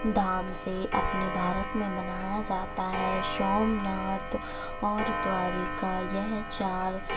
धाम से अपने भारत में मनाया जाता है सोमनाथ और द्वारिका यह चार